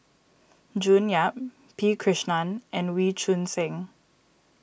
June Yap P Krishnan and Wee Choon Seng